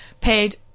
paid